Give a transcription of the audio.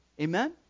Amen